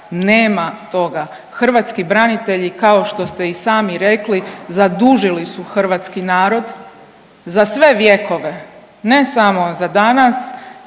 Nema toga. Hrvatski branitelji kao što ste i sami rekli zadužili su hrvatski narod za sve vjekove, ne samo za danas,